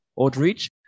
outreach